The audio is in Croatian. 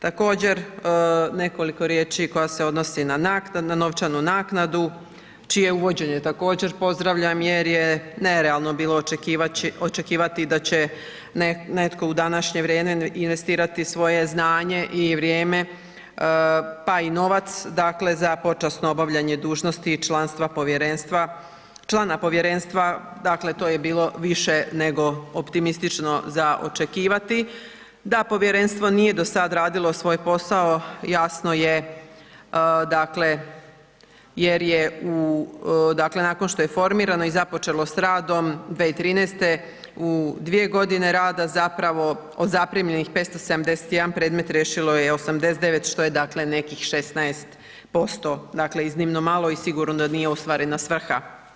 Također nekoliko riječi koja se odnosi na naknadu, na novčanu naknadu, čije uvođenje također pozdravljam jer je nerealno bilo očekivati da će netko u današnje vrijeme investirati svoje znanje i vrijeme, pa i novac, dakle, za počasno obavljanje dužnosti i članstva povjerenstva, člana povjerenstva, dakle, to je bilo više nego optimistično za očekivati, da povjerenstvo nije do sad radilo svoj posao jasno je dakle jer je nakon što je formirano i započelo s radom 2013. u 2 g. rada zapravo od zaprimljenih 571 predmet, riješilo je 89, što je dakle nekih 16%, dakle iznimno malo i sigurno da nije ostvarena svrha.